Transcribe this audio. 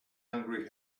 angry